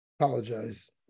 apologize